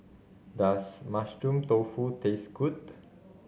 does Mushroom Tofu taste good